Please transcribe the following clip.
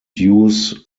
use